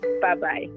bye-bye